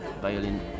violin